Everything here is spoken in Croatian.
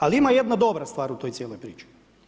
Ali ima jedna dobra stvar u toj cijeloj priči.